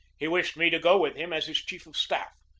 he wished me to go with him as his chief of staff,